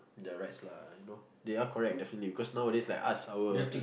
the rights lah you know they are correct definitely cause nowadays like arts our